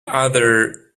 other